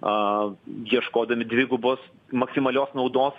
a ieškodami dvigubos maksimalios naudos